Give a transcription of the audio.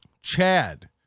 Chad